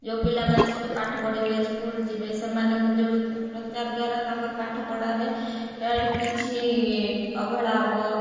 ଯେଉଁ ପିଲାମାନେ ପାଠ ପଢ଼ିବେ ସ୍କୁଲ୍ ଯିବେ ସେମାନଙ୍କୁ ଯୋଉ ପ୍ରଚାର ଦ୍ୱାରା ତାଙ୍କର ପାଠ ପଢ଼ାରେ କିଛି ଅବହେଳା ହେବ